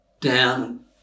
down